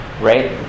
right